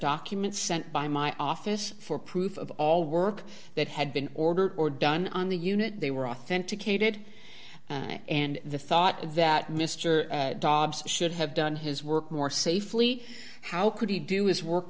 documents sent by my office for proof of all work that had been ordered or done on the unit they were authenticated and the thought that mr dobbs should have done his work more safely how could he do his work